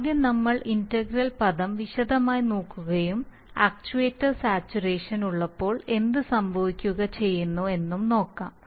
ആദ്യം നമ്മൾ ഇന്റഗ്രൽ പദം വിശദമായി നോക്കുകയും ആക്ച്യുവേറ്റർ സാച്ചുറേഷൻ ഉള്ളപ്പോൾ എന്തു സംഭവിക്കുക ചെയ്യുന്നു എന്നും നോക്കാം